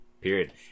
period